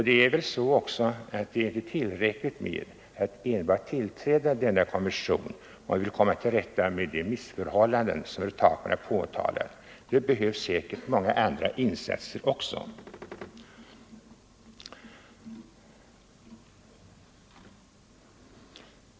Det är inte heller tillräckligt att enbart tillträda konventionen för att komma till rätta med de missförhållanden som herr Takman påtalat. Det behövs säkert många andra insatser också.